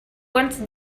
once